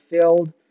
filled